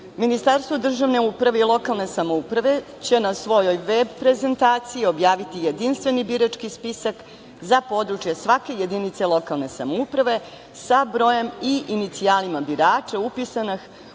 glasi.„Ministarstvo državne uprave i lokalne samouprave će na svojoj VEB prezentaciji objaviti Jedinstveni birački spisak za područje svake jedinice lokalne samouprave sa brojem i inicijalima birača upisanih